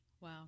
Wow